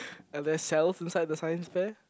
are they cells inside the science fair